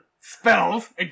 Spells